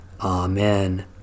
Amen